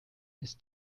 ist